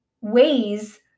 ways